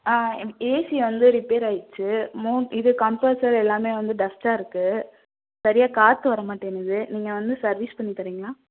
ஆ AC வந்து repair ஆயிடுச்சி இது கம்பர்ஸர் எல்லாம் வந்து டஸ்ட்டாக இருக்குது சரியாக காற்று வர மாட்டேங்குது நீங்கள் வந்து சர்வீஸ் பண்ணி தர்றீங்களா